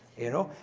you know?